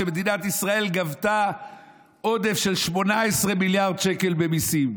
כשמדינת ישראל גבתה עודף של 18 מיליארד שקל במיסים.